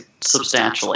substantially